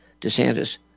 DeSantis